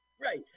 Right